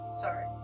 Sorry